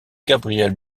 gabriel